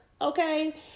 Okay